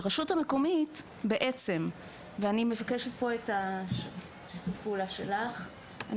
הרשות המקומית ואני מבקשת פה גם את שיתוף הפעולה שלך,